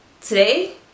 Today